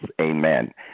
Amen